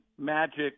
Magic